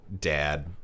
dad